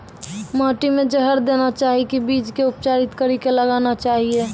माटी मे जहर देना चाहिए की बीज के उपचारित कड़ी के लगाना चाहिए?